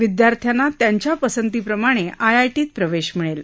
विद्यार्थ्यांना त्यांच्या पसंतीप्रमाणे आयआयटीत प्रवेश मिळेल